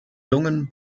lungen